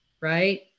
right